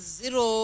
zero